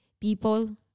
people